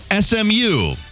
SMU